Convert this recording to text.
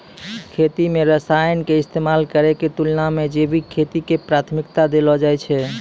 खेती मे रसायन के इस्तेमाल करै के तुलना मे जैविक खेती के प्राथमिकता देलो जाय छै